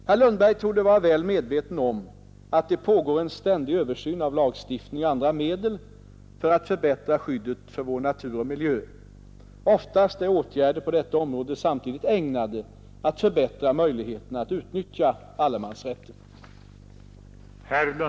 Herr Lundberg torde vara väl medveten om att det pågår en ständig översyn av lagstiftning och andra medel för att förbättra skyddet för vår natur och miljö. Oftast är åtgärder på detta område samtidigt ägnade att förbättra möjligheterna att utnyttja allemansrätten.